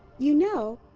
you know,